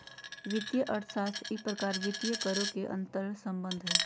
वित्तीय अर्थशास्त्र ई प्रकार वित्तीय करों के अंतर्संबंध हइ